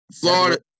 Florida –